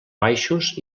baixos